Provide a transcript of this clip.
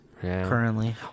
currently